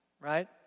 Right